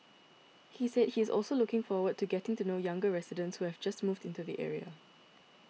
he said he is also looking forward to getting to know younger residents who have just moved into the area